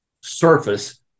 surface